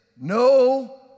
no